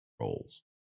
roles